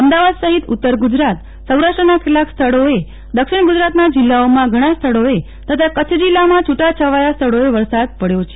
અમદાવાદ સહિત ઉત્તર ગુજરાત સૌરાષ્ટ્રના કેટલાંક સ્થળોએ દક્ષિણ ગુજરાતના જિલ્લાઓમાં ઘણાં સ્થળોએ તથા કચ્છ જિલ્લામાં છૂટા છવાયા સ્થળોએ વરસાદ પડ્યો છે